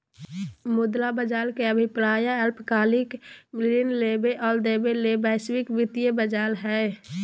मुद्रा बज़ार के अभिप्राय अल्पकालिक ऋण लेबे और देबे ले वैश्विक वित्तीय बज़ार हइ